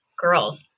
girls